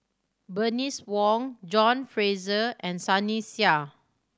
Bernice Wong John Fraser and Sunny Sia